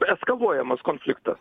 eskaluojamas konfliktas